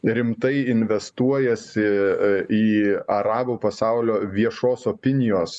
rimtai investuojasi į arabų pasaulio viešos opinijos